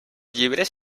llibres